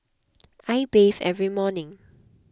I bathe every morning